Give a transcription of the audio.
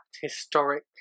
historic